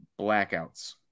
blackouts